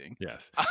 Yes